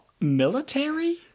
military